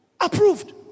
Approved